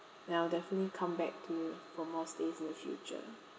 and I'll definitely come back to for more stays in the future